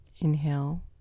inhale